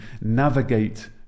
navigate